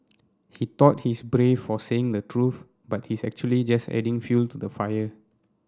he thought he's brave for saying the truth but he is actually just adding fuel to the fire